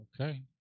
Okay